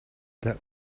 that